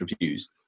reviews